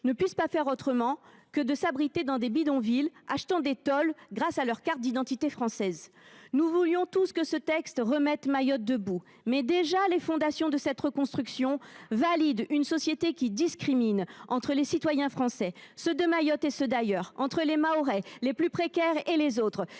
ne puissent pas faire autrement que de s’abriter dans des bidonvilles, en achetant des tôles grâce à leur carte d’identité française… Nous voulions tous que ce texte remette Mayotte debout, mais, déjà, les fondations de cette reconstruction valident une société qui discrimine, que ce soit entre citoyens français – ceux de Mayotte et ceux d’ailleurs –, entre Mahorais – les plus précaires et les autres